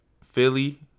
Philly